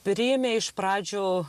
priėmė iš pradžių